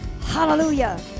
hallelujah